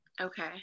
Okay